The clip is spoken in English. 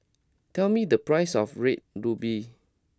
tell me the price of Red Ruby